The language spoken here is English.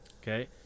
Okay